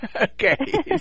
Okay